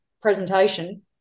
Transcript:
presentation